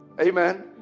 amen